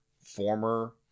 former